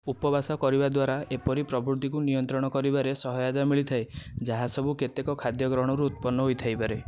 ଉପବାସ କରିବା ଦ୍ୱାରା ଏପରି ପ୍ରବୃତ୍ତିକୁ ନିୟନ୍ତ୍ରଣ କରିବାରେ ସହାୟତା ମିଳିଥାଏ ଯାହାସବୁ କେତେକ ଖାଦ୍ୟ ଗ୍ରହଣରୁ ଉତ୍ପନ୍ନ ହୋଇଥାଇପାରେ